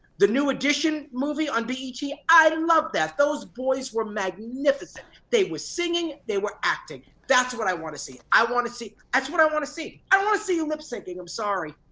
the new edition movie on but bet, i love that. those boys were magnificent. they were singing, they were acting, that's what i wanna see. i wanna see, that's what i wanna see. i don't wanna see you lip synching, i'm sorry.